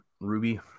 Ruby